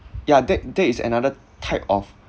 ya that that is another type of